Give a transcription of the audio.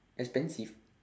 expensive